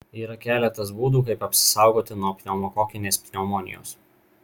yra keletas būdų kaip apsisaugoti nuo pneumokokinės pneumonijos